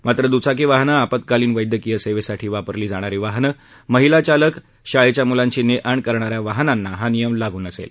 मात्र द्चाकी वाहनं आपत्कालीन वैद्यकीय सेवेसाठी वापरली जाणारी वाहनं महिला चालक शाळेच्या म्लांची ने आण करणाऱ्या वाहनांना हा नियम लागू नसेल